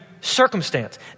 circumstance